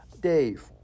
Dave